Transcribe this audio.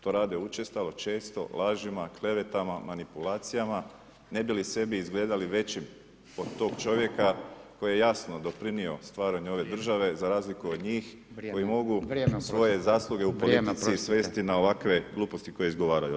To rade učestalo, često lažima, klevetama, manipulacijama ne bi li sebi izgledali većim od tog čovjeka koji je jasno doprinio stvaranju ove države za razliku od njih koji mogu svoje zasluge u politici svesti na ovakve gluposti koje izgovaraju.